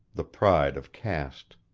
the pride of caste.